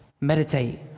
meditate